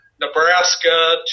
Nebraska